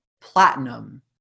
Platinum